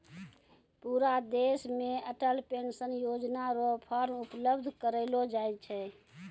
पूरा देश मे अटल पेंशन योजना र फॉर्म उपलब्ध करयलो जाय छै